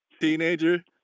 teenager